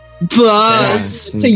Boss